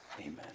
amen